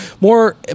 more